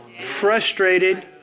frustrated